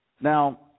Now